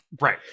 Right